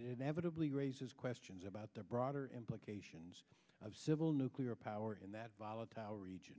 inevitably raises questions about the broader implications of civil nuclear power in that volatile region